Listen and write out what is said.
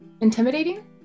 intimidating